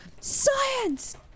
Science